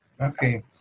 Okay